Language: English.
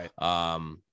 Right